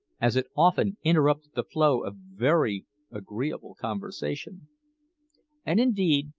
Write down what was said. as it often interrupted the flow of very agreeable conversation and, indeed,